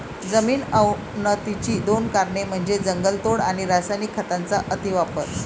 जमीन अवनतीची दोन कारणे म्हणजे जंगलतोड आणि रासायनिक खतांचा अतिवापर